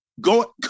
Go